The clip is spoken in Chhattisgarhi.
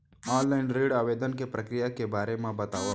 ऑनलाइन ऋण आवेदन के प्रक्रिया के बारे म बतावव?